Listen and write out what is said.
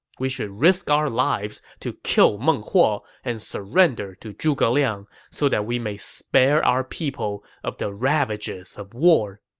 we should risk our lives to kill meng huo and surrender to zhuge liang, so that we may spare our people of the ravages of war.